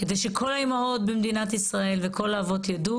כדי שכל האימהות במדינת ישראל וכל האבות ידעו